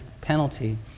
penalty